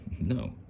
no